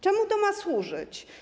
Czemu to ma służyć?